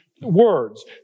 words